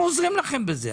אנחנו עוזרים לכם בזה,